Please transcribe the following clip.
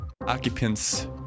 occupants